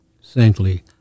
saintly